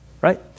Right